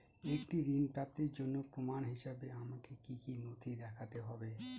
একটি ঋণ প্রাপ্তির জন্য প্রমাণ হিসাবে আমাকে কী কী নথি দেখাতে হবে?